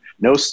No